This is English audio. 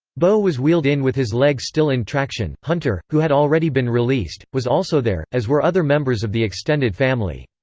beau was wheeled in with his leg still in traction hunter, who had already been released, was also there, as were other members of the extended family.